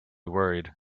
worried